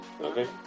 Okay